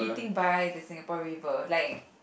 by the Singapore-River like